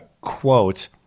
quote